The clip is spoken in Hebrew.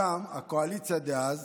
שם הקואליציה דאז